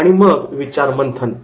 आणि मग विचार मंथन